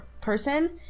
person